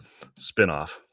spinoff